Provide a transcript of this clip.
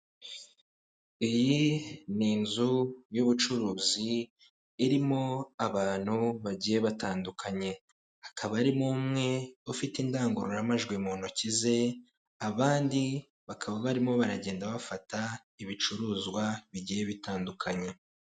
Iyi ni inzu y'ubucuruzi irimo abantu bagiye batandukanye, hakaba harimo umwe ufite indangururamajwi mu ntoki ze, abandi bakaba barimo baragenda bafata ibicuruzwa bigiye bitandukanye.